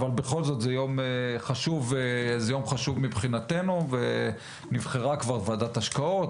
אבל בכל זאת זה יום חשוב מבחינתנו ונבחרה כבר ועדת השקעות,